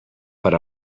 per